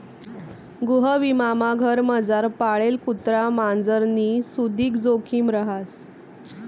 गृहविमामा घरमझार पाळेल कुत्रा मांजरनी सुदीक जोखिम रहास